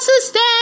Sustain